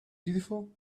beautiful